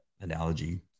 analogy